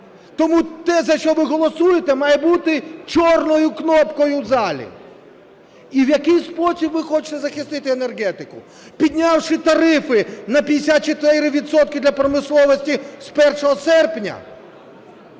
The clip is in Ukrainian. Тому те за що ви голосуєте має бути чорною кнопкою в залі. І в який спосіб ви хочете захистити енергетику? Піднявши тарифи на 54 відсотки для промисловості з 1 серпня?